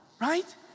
right